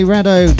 Rado